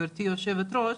גברתי היושבת-ראש,